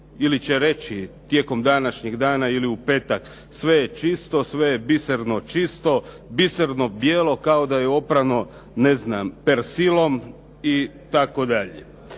ili će reći tijekom današnjeg dana ili u petak sve je čisto, sve je biserno čisto, biserno bijelo kao da je oprano ne znam Persilom itd.